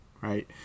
right